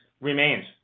remains